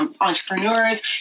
entrepreneurs